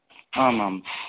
आम् आम्